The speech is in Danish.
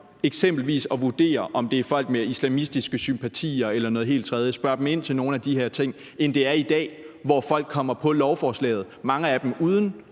eksempelvis at vurdere, om det er folk med islamistiske sympatier eller noget helt andet, hvis man havde et personligt møde med folk og spurgte ind til nogle af de her ting, end det er i dag, hvor folk kommer på lovforslaget – mange af dem – uden